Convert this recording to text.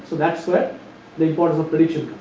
that is why the importance of prediction.